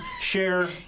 share